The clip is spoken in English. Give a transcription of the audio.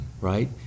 right